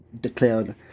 declared